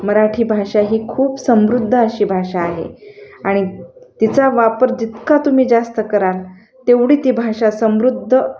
मराठी भाषा ही खूप समृद्ध अशी भाषा आहे आणि तिचा वापर जितका तुम्ही जास्त कराल तेवढी ती भाषा समृद्ध